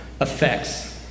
effects